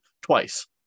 twice